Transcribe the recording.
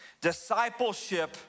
Discipleship